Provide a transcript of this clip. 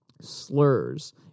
slurs